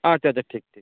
ᱟᱪᱷᱟ ᱟᱪᱷᱟ ᱴᱷᱤᱠ ᱴᱷᱤᱠ